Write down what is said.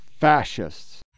fascists